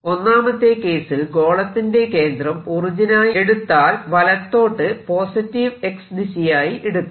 ഒന്നാമത്തെ കേസിൽ ഗോളത്തിന്റെ കേന്ദ്രം ഒറിജിനായി എടുത്താൽ വലത്തോട്ട് പോസിറ്റീവ് X ദിശയായി എടുക്കാം